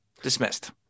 Dismissed